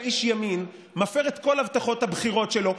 איש ימין מפר את כל הבטחות הבחירות שלו,